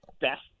best